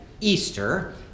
Easter